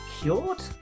cured